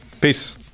Peace